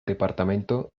departamento